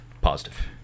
Positive